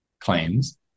claims